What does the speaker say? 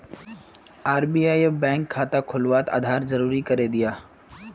RBI अब bank खाता खुलवात आधार ज़रूरी करे दियाः